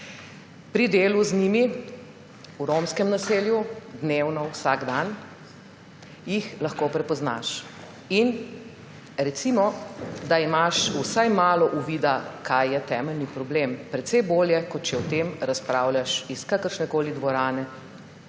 pri delu z njimi v romskem naselju dnevno, vsak dan jih lahko prepoznaš, recimo, da imaš vsaj malo uvida, kaj je temeljni problem. Precej bolje, kot če o tem razpravljaš iz kakršnekoli dvorane